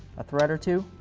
a thread or two